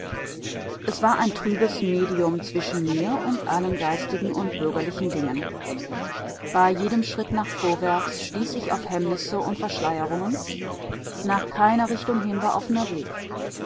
es war ein trübes medium zwischen mir und allen geistigen und bürgerlichen dingen bei jedem schritt nach vorwärts stieß ich auf hemmnisse und verschleierungen nach keiner richtung hin war offener weg